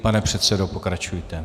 Pane předsedo, pokračujte.